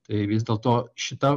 tai vis dėlto šita